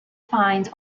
fines